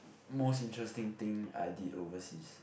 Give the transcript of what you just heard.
most interesting thing I did overseas